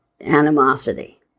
animosity